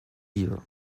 year